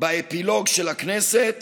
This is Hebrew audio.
באפילוג של הכנסת